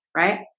right?